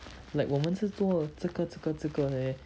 like 我们是做这个这个这个 leh